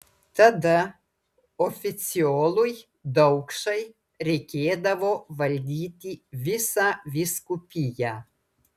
tada oficiolui daukšai reikėdavo valdyti visą vyskupiją